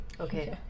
Okay